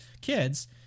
kids